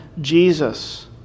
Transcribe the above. Jesus